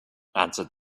answered